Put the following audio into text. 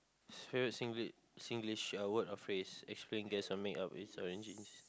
favourite Singlish Singlish a word or phrase explain guess or make up its origins